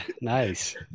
Nice